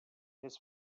his